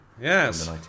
yes